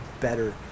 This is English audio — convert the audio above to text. better